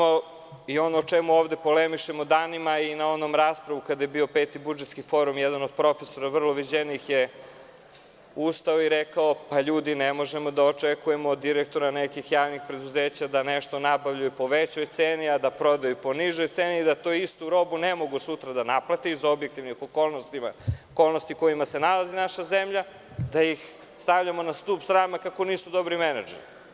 Ono o čemu polemišemo danima i na onoj raspravi kada je bio Peti budžetski forum, jedan od profesora viđenih je ustao i rekao – ljudi ne možemo da očekujemo od direktora nekih javnih preduzeća da nešto nabavljaju po većoj ceni, a da prodaju po nižoj ceni i da tu istu robu ne mogu sutra da naplate iz objektivnih okolnosti, okolnosti u kojima se nalazi naša zemlja, da ih stavljamo na stub srama kako nisu dobri menadžeri.